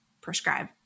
prescribe